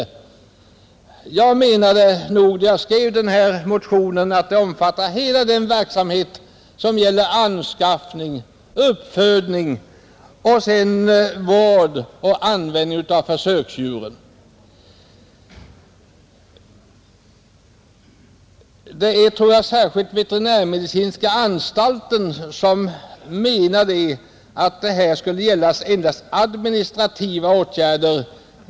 Då jag skrev motionen avsåg jag nog att den skulle omfatta hela den verksamhet som gäller anskaffning, uppfödning, vård och användning av försöksdjuren. Statens veterinärmedicinska anstalt menar att en utredning om översyn av bestämmelserna endast skulle gälla administrativa åtgärder.